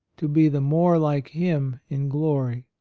to be the more like him in glory.